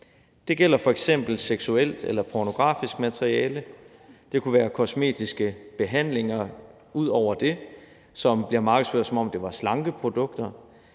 Det gælder f.eks. seksuelt eller pornografisk materiale. Det kunne være kosmetiske behandlinger, der ud over det bliver markedsført, som om det var slankeprodukter,